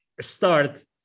start